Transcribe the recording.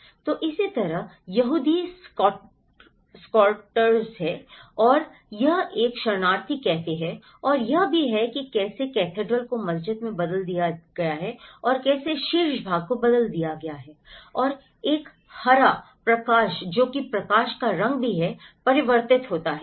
तो इसी तरह यहूदी स्क्वाटर्स है और यह एक शरणार्थी कैफे है और यह भी है कि कैसे कैथेड्रल को मस्जिद में बदल दिया गया है और कैसे शीर्ष भाग को बदल दिया गया है और एक हरा प्रकाश जो कि प्रकाश का रंग भी है परावर्तित होता है